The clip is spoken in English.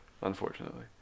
unfortunately